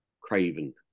Craven